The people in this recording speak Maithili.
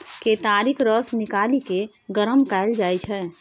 केतारीक रस निकालि केँ गरम कएल जाइ छै